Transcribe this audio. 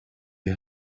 les